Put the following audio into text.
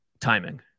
timing